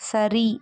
சரி